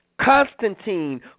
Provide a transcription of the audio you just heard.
Constantine